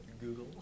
Google